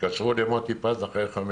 התקשרו למוטי פז אחרי חמש